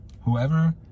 whoever